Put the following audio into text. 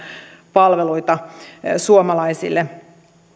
palveluita suomalaisille